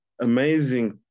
amazing